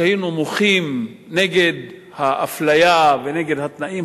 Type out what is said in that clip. כשהיינו מוחים נגד האפליה ונגד התנאים